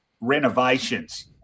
renovations